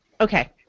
Okay